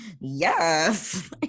yes